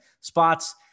spots